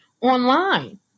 online